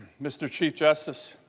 mr. chief justice